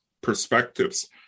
perspectives